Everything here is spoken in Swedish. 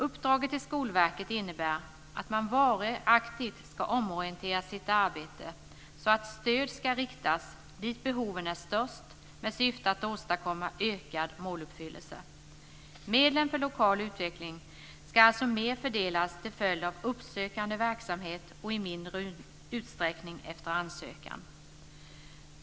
Uppdraget till Skolverket innebär att man aktivt ska omorientera sitt arbete så att stöd ska riktas dit där behoven är störst med syfte att åstadkomma ökad måluppfyllelse. Medlen för lokal utveckling ska alltså mer fördelas till följd av uppsökande verksamhet och i mindre utsträckning efter ansökan.